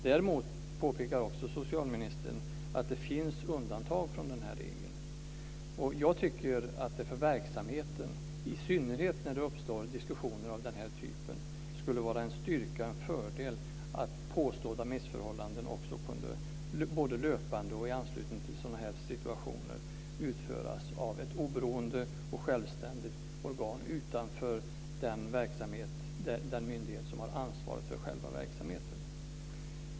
Däremot påpekar också socialministern att det finns undantag från den här regeln. Jag tycker att det för verksamheten, i synnerhet när det uppstår diskussioner av den här typen, skulle vara en styrka och en fördel att granskning av påstådda missförhållanden också kunde utföras, både löpande och i anslutning till sådana här situationer, av ett oberoende och självständigt organ utanför den myndighet som har ansvaret för själva verksamheten.